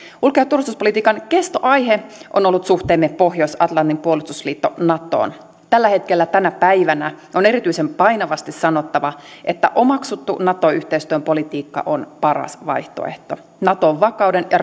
ulko ja turvallisuuspolitiikan kestoaihe on ollut suhteemme pohjois atlantin puolustusliitto natoon tällä hetkellä tänä päivänä on erityisen painavasti sanottava että omaksuttu nato yhteistyön politiikka on paras vaihtoehto nato on vakauden ja